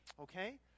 Okay